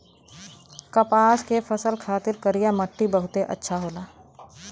कपास के फसल खातिर करिया मट्टी बहुते अच्छा होला